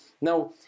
Now